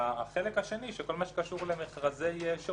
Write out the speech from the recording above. ככל שמדברים על מכרז רכש פלוס מתן